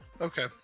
Okay